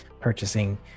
purchasing